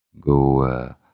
go